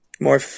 more